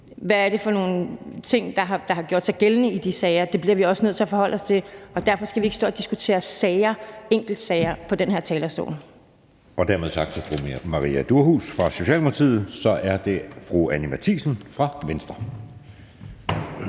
hvad det er for nogle ting, der har gjort sig gældende i de sager. Det bliver vi også nødt til at forholde os til, og derfor skal vi ikke stå og diskutere sager, enkeltsager, fra den her talerstol. Kl. 16:00 Anden næstformand (Jeppe Søe): Dermed tak til fru Maria Durhuus fra Socialdemokratiet. Så er det fru Anni Matthiesen fra Venstre.